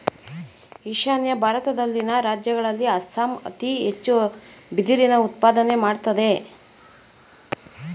ಈಶಾನ್ಯ ಭಾರತದಲ್ಲಿನ ರಾಜ್ಯಗಳಲ್ಲಿ ಅಸ್ಸಾಂ ಅತಿ ಹೆಚ್ಚು ಬಿದಿರಿನ ಉತ್ಪಾದನೆ ಮಾಡತ್ತದೆ